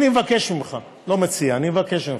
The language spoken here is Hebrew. אני מבקש ממך, לא מציע, אני מבקש ממך,